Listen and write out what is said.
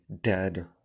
dead